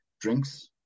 drinks